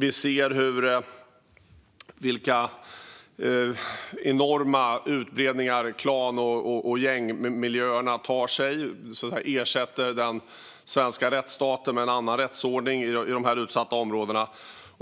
Vi ser vilka enorma utbredningar klan och gängmiljöerna tar sig och hur de ersätter den svenska rättsstaten med en annan rättsordning i de utsatta områdena.